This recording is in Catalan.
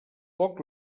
poc